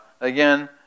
again